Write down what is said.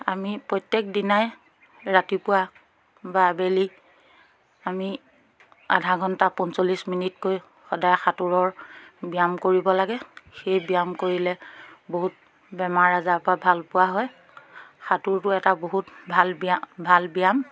আমি প্ৰত্যেকদিনাই ৰাতিপুৱা বা আবেলি আমি আধা ঘণ্টা পঞ্চল্লিছ মিনিটকৈ সদায় সাঁতোৰৰ ব্যায়াম কৰিব লাগে সেই ব্যায়াম কৰিলে বহুত বেমাৰ আজাৰৰপৰা ভাল পোৱা হয় সাঁতোৰটো এটা বহুত ভাল ভাল ব্যায়াম